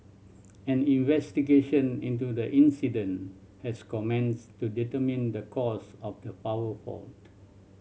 an investigation into the incident has commenced to determine the cause of the power fault